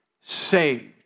saved